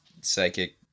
psychic